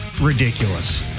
ridiculous